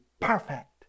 perfect